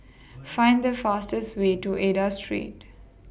Find The fastest Way to Aida Street